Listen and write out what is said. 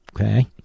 Okay